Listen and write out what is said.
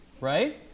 right